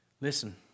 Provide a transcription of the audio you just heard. Listen